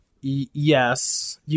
Yes